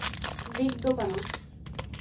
ᱫᱤᱠ ᱫᱚ ᱠᱟᱱᱟ